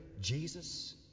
Jesus